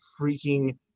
freaking